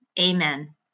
Amen